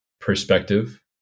perspective